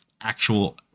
actual